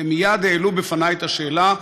והם מייד העלו בפני את השאלה: